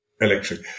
Electric